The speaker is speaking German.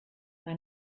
bei